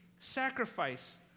Sacrifice